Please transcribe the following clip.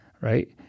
right